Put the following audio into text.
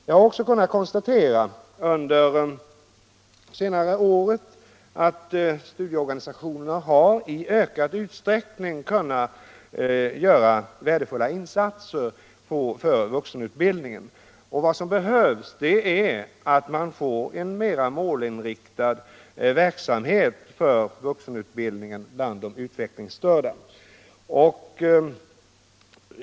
Jag har också kunnat konstatera under senare år att studieorganisationerna i ökad utsträckning kunnat göra värdefulla insatser för vuxenutbildningen. Det behövs en mer målinriktad verksamhet för vuxenutbildningen bland de utvecklingsstörda.